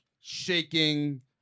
shaking